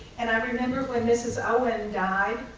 and i remember when mrs. owen died.